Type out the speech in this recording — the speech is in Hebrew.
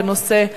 בנושא: